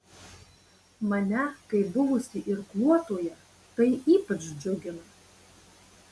mane kaip buvusį irkluotoją tai ypač džiugina